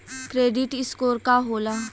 Credit score का होला?